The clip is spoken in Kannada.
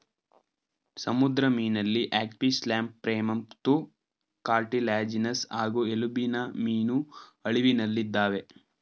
ಸಮುದ್ರ ಮೀನಲ್ಲಿ ಹ್ಯಾಗ್ಫಿಶ್ಲ್ಯಾಂಪ್ರೇಮತ್ತುಕಾರ್ಟಿಲ್ಯಾಜಿನಸ್ ಹಾಗೂ ಎಲುಬಿನಮೀನು ಅಳಿವಿನಲ್ಲಿದಾವೆ